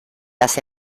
las